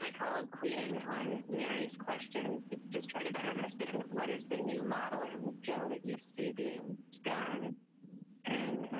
like call it querying on mary's question trying to better understand what is the new modeling joe that you see being done and and